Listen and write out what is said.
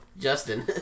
Justin